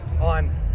on